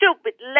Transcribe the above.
stupid